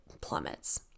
plummets